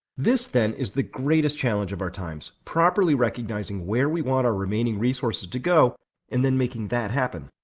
this, then, is the greatest challenge of our times properly recognizing where we want our remaining resources to go and then making that happen.